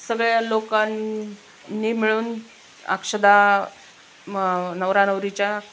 सगळ्या लोकांनी मिळून अक्षता मग नवरानवरीच्या